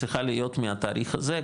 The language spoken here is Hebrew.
צריכה להיות מהתאריך הזה,